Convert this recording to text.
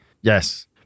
Yes